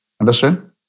Understand